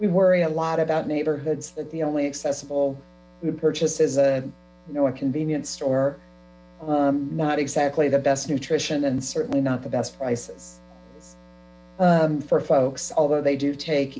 we worry a lot about neighborhoods that the only accessible purchase is a a convenience store not exactly the best nutrition and certainly not the best prices for folks although they do take